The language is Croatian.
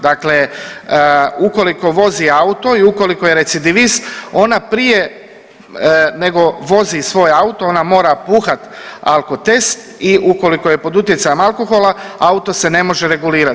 Dakle, ukoliko vozi auto i ukoliko je recidivist, ona prije nego vozi svoj auto, ona mora puhati alkotest i ukoliko je pod utjecajem alkohola, auto se ne može regulirati.